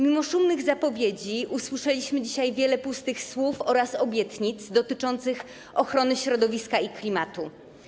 Mimo szumnych zapowiedzi usłyszeliśmy dzisiaj wiele pustych słów oraz obietnic dotyczących ochrony środowiska i klimatu.